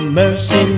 mercy